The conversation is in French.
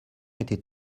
était